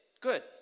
Good